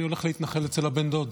אני הולך להתנחל אצל הבן-דוד.